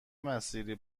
مسیری